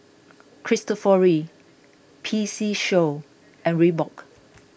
Cristofori P C Show and Reebok